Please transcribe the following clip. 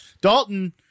Dalton